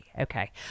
Okay